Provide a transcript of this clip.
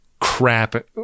crap